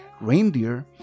Reindeer